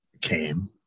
came